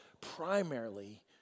primarily